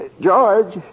George